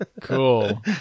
Cool